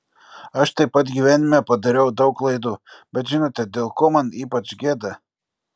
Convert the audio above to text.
aš taip pat gyvenime padariau daug klaidų bet žinote dėl ko man ypač gėda